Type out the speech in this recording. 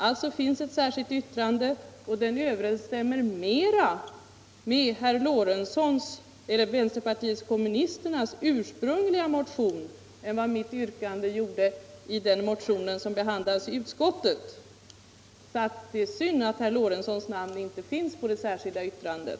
Här finns alltså ett särskilt yttrande som mera överensstämmer med vänsterpartiet kommunisternas ursprungliga motion än med mitt yrkande i den motion som behandlades i utskottet. Därför är det synd att herr Lorentzons namn inte finns på det särskilda yttrandet.